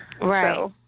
Right